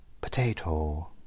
potato